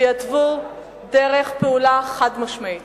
שיתוו דרך פעולה חד-משמעית,